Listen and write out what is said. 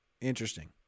Interesting